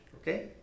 Okay